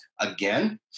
again